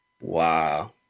Wow